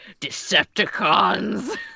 Decepticons